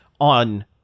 on